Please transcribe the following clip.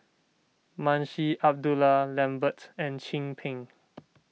Munshi Abdullah Lambert and Chin Peng